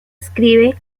escribe